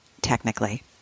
technically